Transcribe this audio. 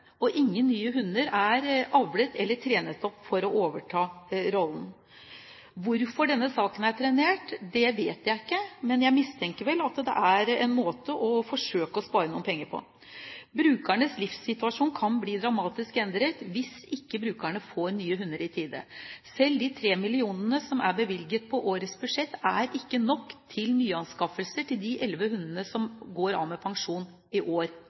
og ingen nye hunder er avlet eller trenet opp for å overta rollen. Hvorfor denne saken er trenert, vet jeg ikke, men jeg har mistanke om at det er en måte å forsøke å spare noen penger på. Brukernes livssituasjon kan bli dramatisk endret hvis ikke brukerne får nye hunder i tide. Selv de 3 mill. kr som er bevilget på årets budsjett, er ikke nok til nyanskaffelser til de elleve hundene som går av med pensjon i år.